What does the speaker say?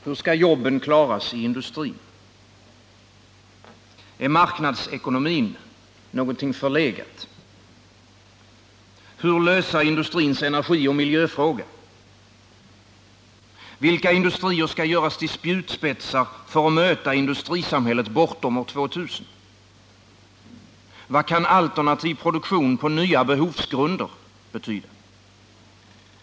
Herr talman! Hur skall jobben klaras i industrin? Är marknadsekonomin någonting förlegat? Hur lösa industrins energioch miljöfråga? Vilka industrier skall göras till spjutspetsar för att möta industrisamhället bortom år 2000? Vad kan alternativ produktion på nya behovsgrunder betyda?